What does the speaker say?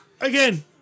Again